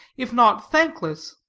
if not thankless,